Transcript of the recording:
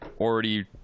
already